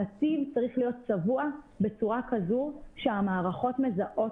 הנתיב צריך להיות צבוע בצורה כזו שהמערכות מזהות